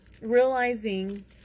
realizing